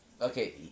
okay